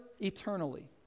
eternally